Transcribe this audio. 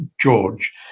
George